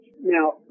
Now